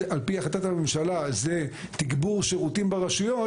על פי החלטת הממשלה זה תגבור שירותים ברשויות,